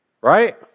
right